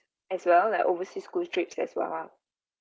as well like overseas school trips as well lah